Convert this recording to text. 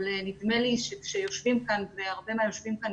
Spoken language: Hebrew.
אבל נדמה לי שכשיושבים כאן והרבה מהיושבים כאן